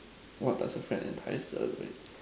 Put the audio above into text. what does a friend entice